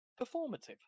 performative